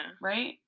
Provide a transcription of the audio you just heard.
Right